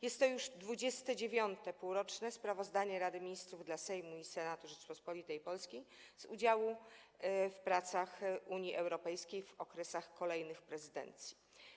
Jest to już 29. półroczne sprawozdanie Rady Ministrów dla Sejmu i Senatu Rzeczypospolitej Polskiej z udziału w pracach Unii Europejskiej w okresach kolejnych prezydencji.